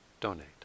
donate